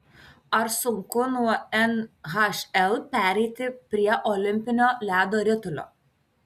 ar sunku nuo nhl pereiti prie olimpinio ledo ritulio